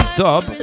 dub